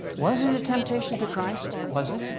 was it a temptation to christ? was it?